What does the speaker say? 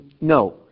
No